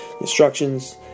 instructions